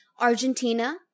Argentina